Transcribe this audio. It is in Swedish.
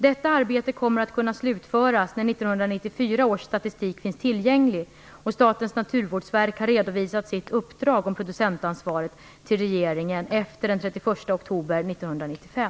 Detta arbete kommer att kunna slutföras när 1994 års statistik finns tillgänglig och Statens naturvårdsverk har redovisat sitt uppdrag om producentansvaret till regeringen efter den 31 oktober 1995.